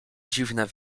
dziwne